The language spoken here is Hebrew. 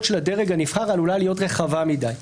של הדרג הנבחר עלולה להיות רחבה מדי,